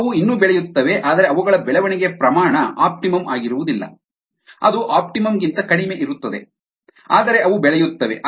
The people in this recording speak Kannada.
ಅವು ಇನ್ನೂ ಬೆಳೆಯುತ್ತವೆ ಆದರೆ ಅವುಗಳ ಬೆಳವಣಿಗೆಯ ಪ್ರಮಾಣ ಅಪ್ಟಿಮುಂ ಆಗಿರುವುದಿಲ್ಲ ಅದು ಅಪ್ಟಿಮುಂ ಕ್ಕಿಂತ ಕಡಿಮೆ ಇರುತ್ತದೆ ಆದರೆ ಅವು ಬೆಳೆಯುತ್ತವೆ